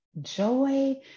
Joy